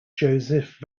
joseph